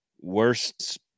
worst